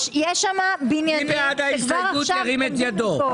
מי בעד קבלת ההסתייגות?